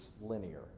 linear